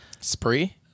Spree